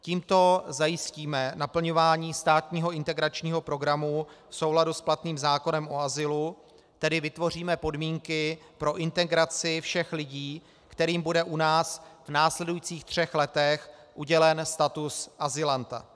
Tímto zajistíme naplňování státního integračního programu v souladu s platným zákonem o azylu, tedy vytvoříme podmínky pro integraci všech lidí, kterým bude u nás v následujících třech letech udělen status azylanta.